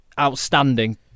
Outstanding